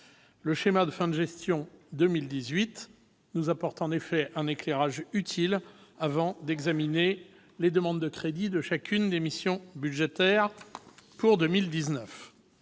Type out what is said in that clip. Le schéma de fin de gestion 2018 nous apporte en effet un éclairage utile, avant d'examiner les demandes de crédits de chacune des missions budgétaires pour 2019.